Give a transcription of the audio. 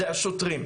זה השוטרים.